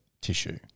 tissue